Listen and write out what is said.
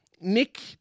Nick